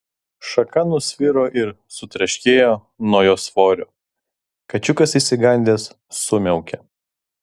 šaka nusviro ir sutraškėjo nuo jo svorio kačiukas išsigandęs sumiaukė